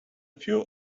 few